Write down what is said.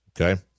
Okay